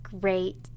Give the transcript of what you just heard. great